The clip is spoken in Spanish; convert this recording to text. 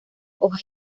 hojas